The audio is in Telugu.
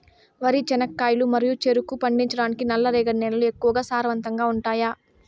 వరి, చెనక్కాయలు మరియు చెరుకు పండించటానికి నల్లరేగడి నేలలు ఎక్కువగా సారవంతంగా ఉంటాయా?